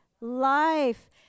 Life